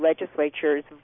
legislature's